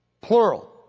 Plural